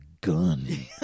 gun